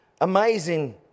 amazing